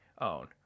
own